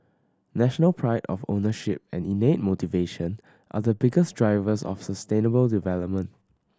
national pride of ownership and innate motivation are the biggest drivers of sustainable development